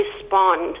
respond